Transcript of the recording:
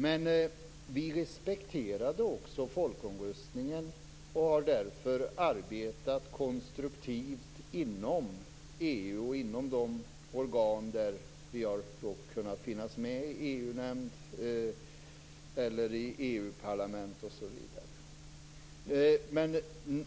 Men vi respekterade också folkomröstningen och har därför arbetat konstruktivt inom EU och de organ där vi funnits med, t.ex. i EU-nämnden och EU-parlamentet. Men